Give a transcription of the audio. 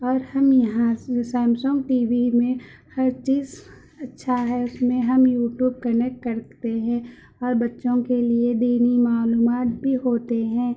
اور ہم یہاں سے سمسنگ ٹی وی میں ہر چیز اچھا ہے اس میں ہم یو ٹیوب کنکٹ کرکتے ہیں اور بچّوں کے لیے دینی معلومات بھی ہوتے ہیں